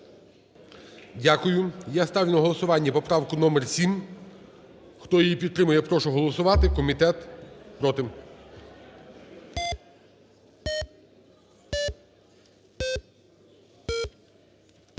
Дякую. Я ставлю на голосування поправку номер 7, хто її підтримує, прошу голосувати, комітет проти.